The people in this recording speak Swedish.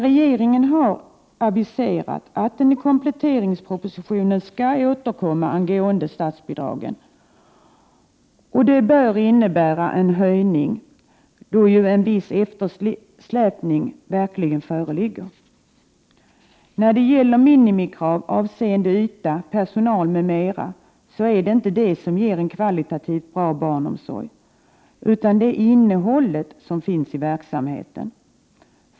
Regeringen har emellertid aviserat att den i kompletteringspropositionen skall återkomma angående statsbidragen till barnomsorgen, vilket bör innebära en höjning, då ju en viss eftersläpning verkligen föreligger. Det är inte minimikraven avseende yta, personal m.m. som ger en kvalitativt bra barnomsorg utan verksamhetens innehåll.